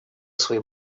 свои